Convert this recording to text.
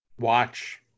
watch